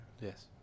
yes